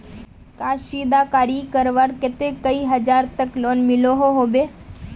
कशीदाकारी करवार केते कई हजार तक लोन मिलोहो होबे?